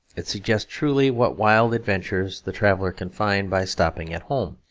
it suggests truly what wild adventures the traveller can find by stopping at home.